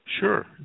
Sure